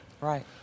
Right